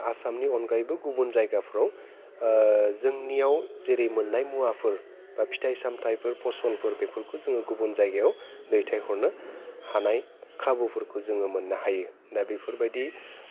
आसामनि अनगायैबो गुबुन जायगाफ्राव जोंनियाव जेरै मोननाय मुवाफोर बा फिथाइ सामथाइफोर फसलफोर बेफोरखौ जोङो गुबुन जायगायाव दैथायहरनो हानाय खाबुफोरखौ जोङो मोननो हायो दा बेफोरबायदि